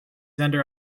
under